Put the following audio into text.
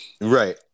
Right